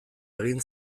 egin